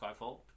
Skyfall